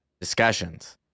discussions